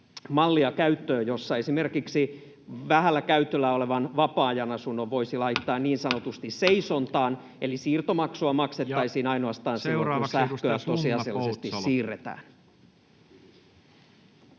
mallia, jossa esimerkiksi vähällä käytöllä olevan vapaa-ajanasunnon voisi laittaa niin sanotusti seisontaan, eli siirtomaksua maksettaisiin ainoastaan silloin, kun sähköä tosiasiallisesti siirretään?